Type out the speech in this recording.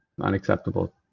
unacceptable